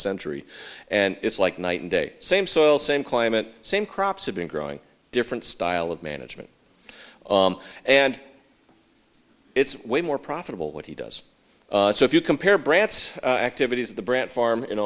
century and it's like night and day same soil same climate same crops have been growing different style of management and it's way more profitable what he does so if you compare bratz activities the brandt farm in